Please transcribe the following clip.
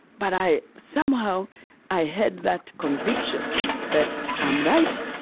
but i somehow i had that conviction that i'm right,